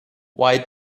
why